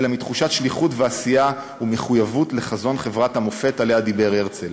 אלא מתחושת שליחות ועשייה ומחויבות לחזון חברת המופת שעליה דיבר הרצל.